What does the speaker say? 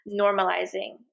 normalizing